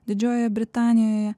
didžiojoje britanijoje